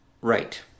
Right